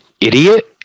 Idiot